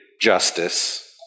justice